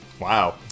Wow